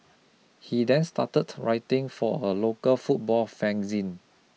he then started writing for a local football fanzine